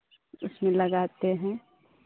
उसमें लगाते हैं